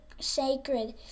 sacred